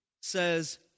says